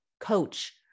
coach